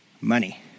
money